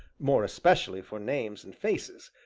more especially for names and faces,